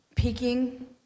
Peaking